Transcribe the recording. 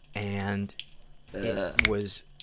and it was